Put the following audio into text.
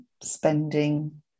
spending